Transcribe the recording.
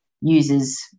users